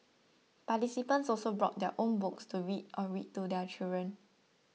participants also brought their own books to read or read to their children